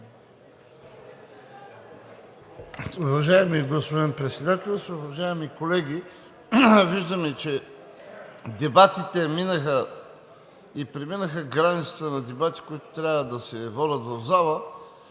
Уважаеми господин Председателстващ, уважаеми колеги! Виждаме, че дебатите минаха и преминаха границите на дебати, които трябва да се водят в залата.